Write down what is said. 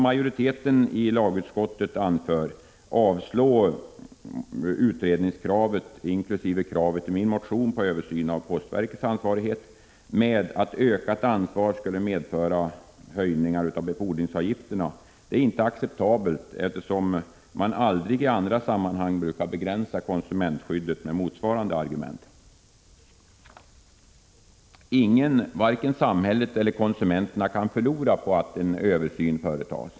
Majoriteten i lagutskottet avstyrker utredningskravet liksom kravet i min motion på en översyn av postverkets ansvarighet med motiveringen att ett ökat skadeståndsansvar skulle medföra höjningar av befordringsavgifterna. Denna motivering är inte acceptabel, eftersom man aldrig i andra sammanhang brukar begränsa konsumentskyddet med motsvarande argument. Varken samhället eller konsumenterna kan förlora på att en översyn företas.